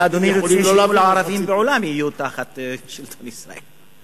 אלא אם כן אדוני רוצה שכל הערבים לעולם יהיו תחת שלטון ישראל.